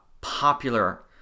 popular